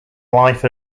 life